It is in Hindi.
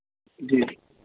जी